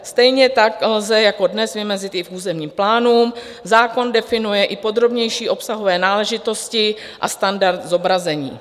Stejně tak lze jako dnes vymezit i v územním plánu, zákon definuje i podrobnější obsahové náležitosti a standard zobrazení.